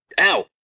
Ow